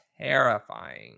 terrifying